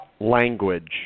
Language